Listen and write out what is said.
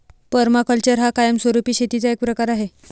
permaculture हा कायमस्वरूपी शेतीचा एक प्रकार आहे